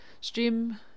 Stream